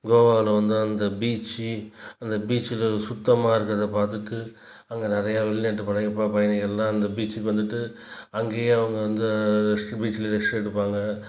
கோவாவில வந்து அந்த பீச்சி அந்த பீச்சில் சுத்தமாக இருக்கறதை பார்த்துட்டு அங்கே நிறையா வெளிநாட்டுப் படைகள் ப பயணிகள்லாம் அந்த பீச்சுக்கு வந்துவிட்டு அங்கேயே அவங்க வந்து ரெஸ்ட்டு பீச்சில் ரெஸ்ட் எடுப்பாங்க